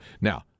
now